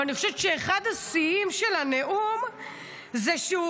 אבל אני חושבת שאחד השיאים של הנאום זה שהוא